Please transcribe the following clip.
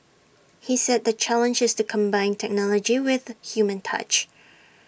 he said the challenge is to combine technology with human touch